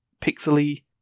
pixely